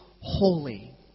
holy